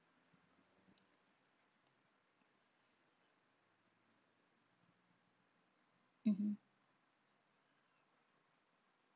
mmhmm